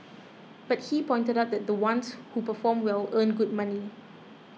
but he pointed out that the ones who perform well earn good money